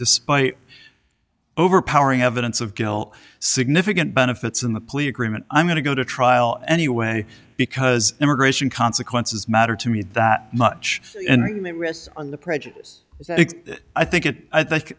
despite overpowering evidence of guilt significant benefits in the plea agreement i'm going to go to trial anyway because immigration consequences matter to me that much on the prejudice i think it i think